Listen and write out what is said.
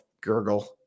gurgle